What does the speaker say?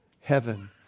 heaven